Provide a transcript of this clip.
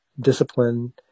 discipline